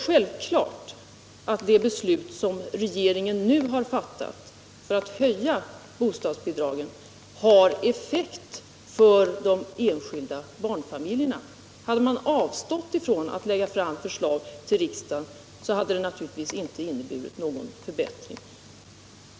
Självfallet har det beslut som regeringen nu fattat om höjning av bostadsbidragen effekt när det gäller de enskilda barnfamiljerna. Hade vi avstått från att lägga fram förslag för riksdagen, hade det naturligtvis inte inneburit någon förbättring.